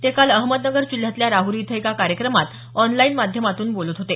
ते काल अहमदनगर जिल्ह्यातल्या राहुरी इथं एका कार्यक्रमात ऑनलाईन माध्यमातून बोलत होते